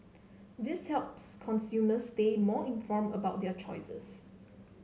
this helps consumers stay more informed about their choices